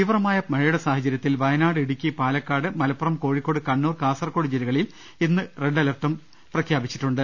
തീവ്രമായ മഴയുടെ സാഹചര്യത്തിൽ വയനാട് ഇടുക്കി പാല ക്കാട് മലപ്പുറം കോഴിക്കോട് കണ്ണൂർ കാസർക്കോട് ജില്ലകളിൽ ഇന്നു റെഡ് അലർട്ടും പ്രഖ്യാപിച്ചിട്ടുണ്ട്